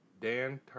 Dan